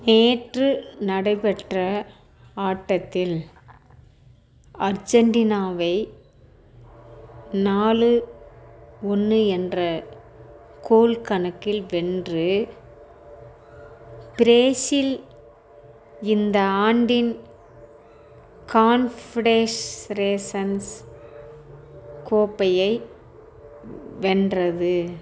நேற்று நடைபெற்ற ஆட்டத்தில் அர்ஜென்டினாவை நாலு ஒன்று என்ற கோல் கணக்கில் வென்று பிரேசில் இந்த ஆண்டின் கான்ஃபிடெஸ் ரேஷன்ஸ் கோப்பையை வென்றது